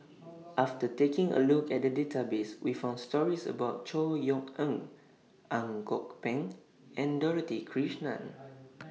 after taking A Look At The Database We found stories about Chor Yeok Eng Ang Kok Peng and Dorothy Krishnan